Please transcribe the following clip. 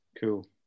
Cool